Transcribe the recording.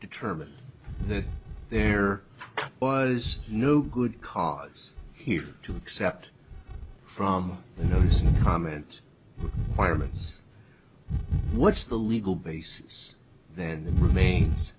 determine that there was no good cause here to accept from those comments fireman's what's the legal basis then remains